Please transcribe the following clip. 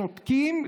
שותקים.